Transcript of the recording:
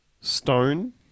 stone